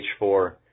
H4